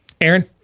Aaron